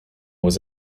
was